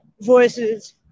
voices